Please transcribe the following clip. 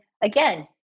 again